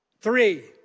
Three